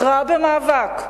הכרעה במאבק,